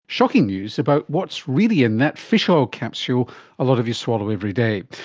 shocking news about what's really in that fish oil capsule a lot of you swallow every day.